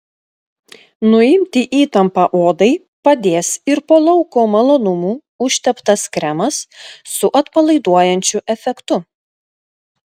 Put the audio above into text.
nuimti įtampą odai padės ir po lauko malonumų užteptas kremas su atpalaiduojančiu efektu